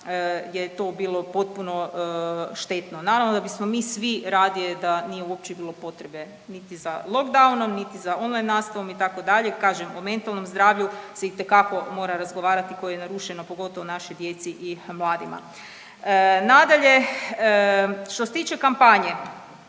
je to bilo potpuno štetno. Naravno da bismo mi svi radije da nije uopće bilo potrebe niti lockdownom, niti online nastavom itd. Kažem o mentalnom zdravlju se itekako mora razgovarati koje je narušeno pogotovo našoj djeci i mladima. Nadalje, što se tiče kampanje